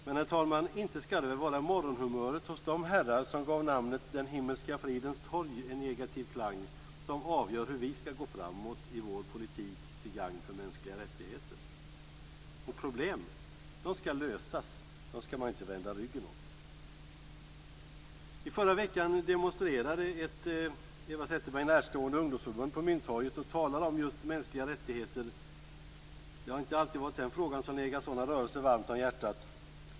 Men, herr talman, inte skall det väl vara morgonhumöret hos de herrar som gav namnet Himmelska fridens torg en negativ klang som avgör hur vi skall gå framåt i vår politik till gagn för mänskliga rättigheter. Och problem skall lösas - dem skall man inte vända ryggen åt. I förra veckan demonstrerade ett Eva Zetterberg närstående ungdomsförbund på Mynttorget och talade om just mänskliga rättigheter. Det har inte alltid varit den frågan som legat sådana rörelser varmt om hjärtat.